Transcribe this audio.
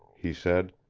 he said.